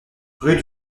rue